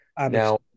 now